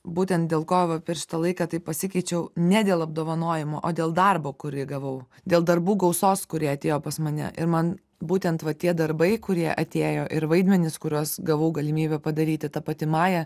būtent dėl kovo per šitą laiką taip pasikeičiau ne dėl apdovanojimų o dėl darbo kurį gavau dėl darbų gausos kuri atėjo pas mane ir man būtent va tie darbai kurie atėjo ir vaidmenys kuriuos gavau galimybę padaryti ta pati maja